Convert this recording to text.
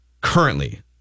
currently